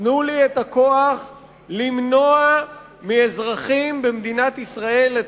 תנו לי את הכוח למנוע מאזרחים במדינת ישראל את